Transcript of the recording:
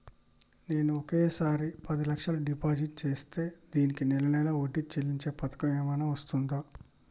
నేను ఒకేసారి పది లక్షలు డిపాజిట్ చేస్తా దీనికి నెల నెల వడ్డీ చెల్లించే పథకం ఏమైనుందా?